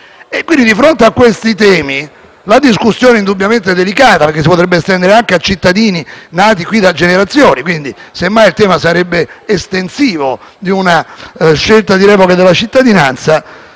di fronte a questi temi, la discussione è indubbiamente delicata e si potrebbe estendere anche a cittadini nati qui da generazioni, quindi semmai il tema della scelta di revocare la cittadinanza